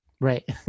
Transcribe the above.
Right